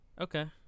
Okay